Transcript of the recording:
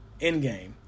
Endgame